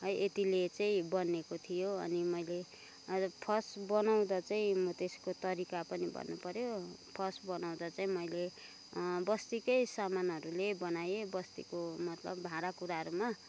है यतिले चाहिँ बनिएको थियो अनि मैले फर्स्ट बनाउँदा चाहिँ त्यसको तरिका पनि भन्नु पऱ्यो फर्स्ट बनाउँदा चाहिँ मैले बस्तीकै समानहरूले बनाएँ बस्तीको मतलब भाँडा कुँडाहरूमा